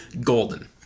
golden